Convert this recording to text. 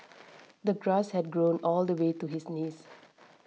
the grass had grown all the way to his knees